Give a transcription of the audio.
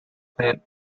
plant